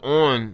on